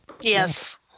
Yes